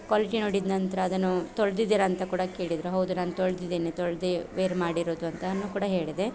quality ನೋಡಿದ ನಂತರ ಅದನ್ನು ತೊಳೆದಿದ್ದೀರಾ ಅಂತ ಕೂಡ ಕೇಳಿದರು ಹೌದು ನಾನು ತೊಳೆದಿದ್ದೀನಿ ತೊಳೆದೆ ವೇರ್ ಮಾಡಿರುವುದು ಅಂತಲೂ ಕೂಡ ಹೇಳಿದೆ